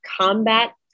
combat